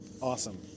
Awesome